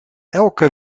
elke